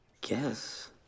guess